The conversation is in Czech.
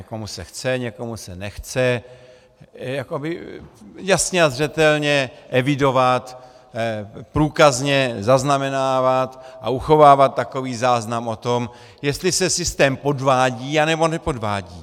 Někomu se chce, někomu se nechce jakoby jasně a zřetelně evidovat, průkazně zaznamenávat a uchovávat takový záznam o tom, jestli se systém podvádí, anebo nepodvádí.